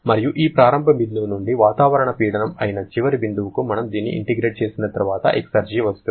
మరియు ఈ ప్రారంభ బిందువు నుండి వాతావరణ పీడనం అయిన చివరి బిందువుకు మనం దీన్ని ఇంటిగ్రేట్ చేసిన తర్వాత ఎక్సర్జి వస్తుంది